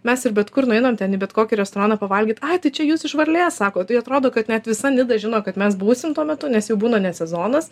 mes ir bet kur nueinam ten į bet kokį restoraną pavalgyt ai tai čia jūs iš varlės sako tai atrodo kad net visa nida žino kad mes būsim tuo metu nes jau būna ne sezonas